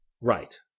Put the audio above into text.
Right